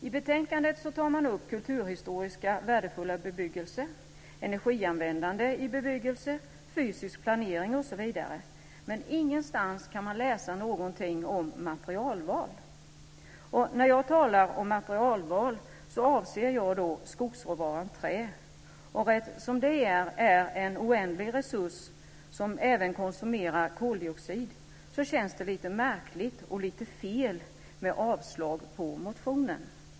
I betänkandet tar man upp kulturhistoriskt värdefull bebyggelse, energianvändande i bebyggelse, fysisk planering osv. men ingenstans kan man läsa någonting om materialval. När jag talar om materialval avser jag skogsråvaran trä, och eftersom det är en oändlig resurs som även konsumerar koldioxid känns det lite märkligt och lite fel med avslag på motionen.